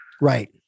Right